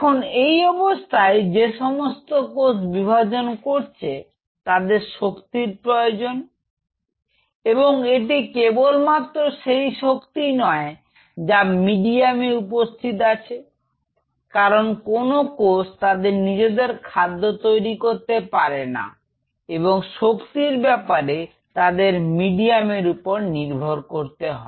এখন এই অবস্থায় যে সমস্ত কোষ বিভাজন করছে তাদের শক্তির প্রয়োজন এবং এটি কেবল মাত্র সেই শক্তি নয় যা মিডিয়ামে উপস্থিত আছে কারণ কোন কোষ তাদের নিজেদের খাদ্য তৈরি করতে পারে না এবং শক্তির ব্যাপারে তাদের মিডিয়ামের উপর নির্ভর করতে হয়